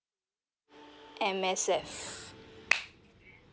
M_S_F